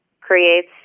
creates